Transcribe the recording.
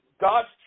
God's